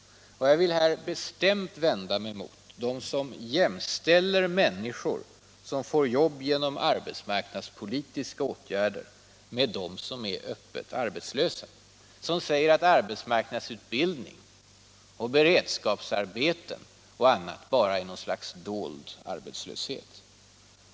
Jag vill här bestämt vända mig mot dem som jämställer människor, som får jobb genom arbetsmarknadspolitiska åtgärder, med de människor som är öppet arbetslösa, mot dem som säger att arbetsmarknadsutbildning och beredskapsarbeten bara är något slags dold arbetslöshet.